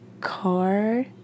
car